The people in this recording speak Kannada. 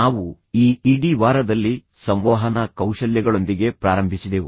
ನಾವು ಈ ಇಡೀ ವಾರದಲ್ಲಿ ಸಂವಹನ ಕೌಶಲ್ಯಗಳೊಂದಿಗೆ ಪ್ರಾರಂಭಿಸಿದೆವು